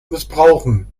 missbrauchen